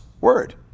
word